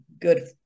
good